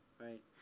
right